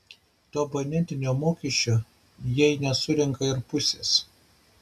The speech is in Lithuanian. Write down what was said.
to abonentinio mokesčio jei nesurenka ir pusės